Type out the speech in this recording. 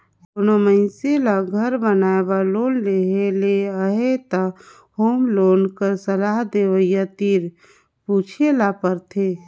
कोनो मइनसे ल घर बनाए बर लोन लेहे ले अहे त होम लोन कर सलाह देवइया तीर पूछे ल परथे